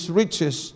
riches